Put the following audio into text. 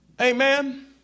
Amen